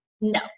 No